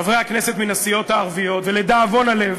חברי הכנסת מהסיעות הערביות ולדאבון הלב